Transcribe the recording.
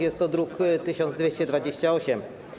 Jest to druk nr 1228.